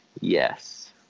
Yes